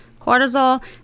cortisol